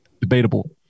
debatable